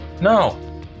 No